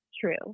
true